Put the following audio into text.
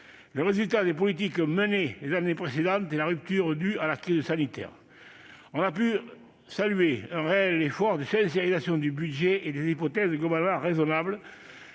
le résultat des politiques menées les années précédentes et la rupture due à la crise sanitaire. On peut saluer un réel effort de « sincérisation » du budget et des hypothèses globalement raisonnables